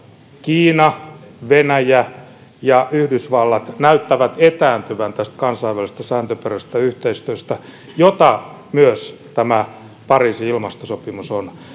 kiina venäjä ja yhdysvallat näyttävät etääntyvän kansainvälisestä sääntöperusteisesta yhteistyöstä jota myös pariisin ilmastosopimus on